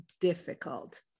difficult